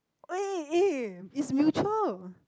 wait eh it's mutual